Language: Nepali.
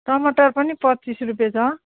टमाटर पनि पच्चिस रुपियाँ छ